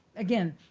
again,